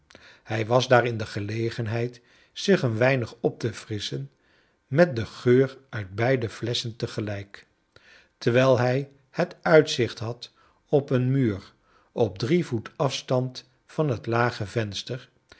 hij was daar in de gelegenheid zich een weinig op te frisschen met den geur uit beide flesschen te gelijk terwijl hij het uitzicht had op een muur op drie voet afstand van het lage venster